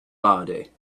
laude